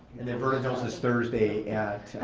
and then vernon hills' is thursday at.